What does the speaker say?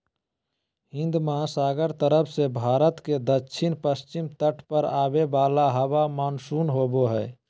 हिन्दमहासागर तरफ से भारत के दक्षिण पश्चिम तट पर आवे वाला हवा मानसून होबा हइ